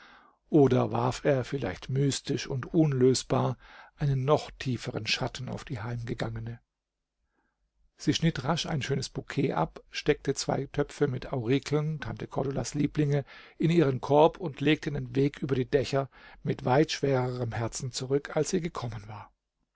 oder warf er vielleicht mystisch und unlösbar einen noch tieferen schatten auf die heimgegangene sie schnitt rasch ein schönes bouquet ab steckte zwei töpfe mit aurikeln tante cordulas lieblinge in ihren korb und legte den weg über die dächer mit weit schwererem herzen zurück als sie gekommen war